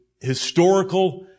historical